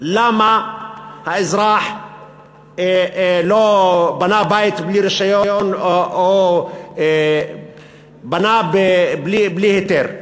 למה האזרח בנה בלי רישיון או בנה בלי היתר.